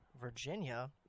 Virginia